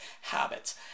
habits